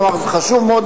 הוא אמר: זה חשוב מאוד,